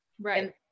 Right